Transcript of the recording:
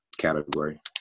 category